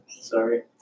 Sorry